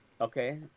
Okay